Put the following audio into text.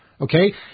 Okay